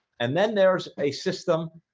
and then there's a system